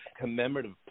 commemorative